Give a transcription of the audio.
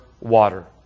water